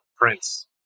prince